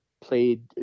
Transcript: played